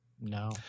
No